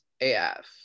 AF